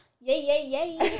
Yay